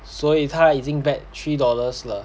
所以他已经 bet three dollars 了